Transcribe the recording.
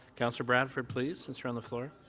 councillor bradford, please since you're on the floor.